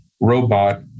robot